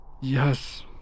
yes